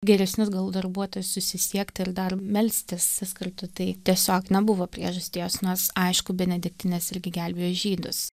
geresnius gal darbuotojus susisiekti ir dar melstis vis kartu tai tiesiog nebuvo priežasties nors aišku benediktinės irgi gelbėjo žydus